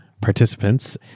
participants